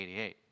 1988